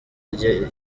rye